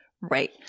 Right